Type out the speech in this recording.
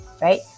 right